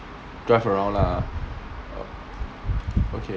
drive around lah okay